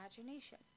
imagination